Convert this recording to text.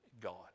God